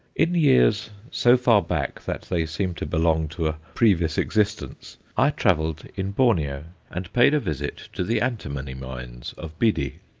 in years so far back that they seem to belong to a previous existence, i travelled in borneo, and paid a visit to the antimony-mines of bidi.